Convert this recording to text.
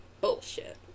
bullshit